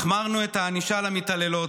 החמרנו את הענישה למתעללות,